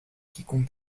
quiconque